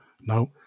now